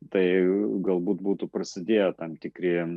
tai galbūt būtų prasidėję tam tikri